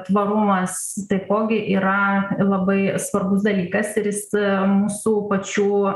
tvarumas taipogi yra labai svarbus dalykas ir jis mūsų pačių